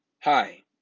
Hi